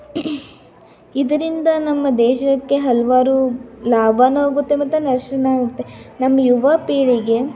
ಇದರಿಂದ ನಮ್ಮ ದೇಶಕ್ಕೆ ಹಲವಾರು ಲಾಭನು ಆಗುತ್ತೆ ಮತ್ತು ನಷ್ಟನು ಆಗುತ್ತೆ ನಮ್ಮ ಯುವಪೀಳಿಗೆ